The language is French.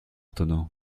tonneaux